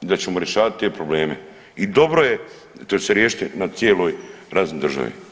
da ćemo rješavat te probleme i dobro je što će se riješiti na cijeloj razini države.